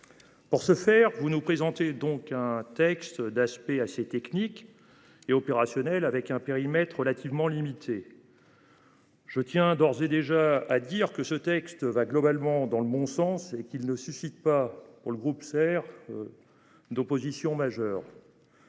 Pour ce faire, vous nous présentez donc un texte d'aspect assez technique et opérationnel avec un périmètre relativement limité. Je tiens d'ores et déjà à dire que ce texte va globalement dans le bon sens et qu'il ne suscite pas pour le groupe sert. D'opposition majeure.